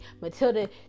Matilda